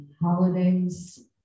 holidays